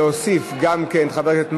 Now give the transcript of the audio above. להוסיף את חבר הכנסת מרגי,